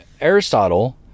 Aristotle